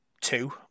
two